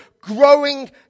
growing